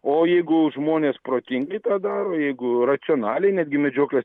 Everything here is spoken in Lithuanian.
o jeigu žmonės protingi tą daro jeigu racionaliai netgi medžioklės